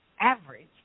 average